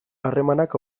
harremanak